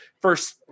First